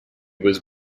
was